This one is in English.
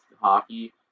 hockey